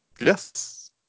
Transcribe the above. Yes